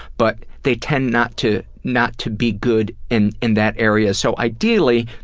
but they tend not to not to be good in in that area. so ideally,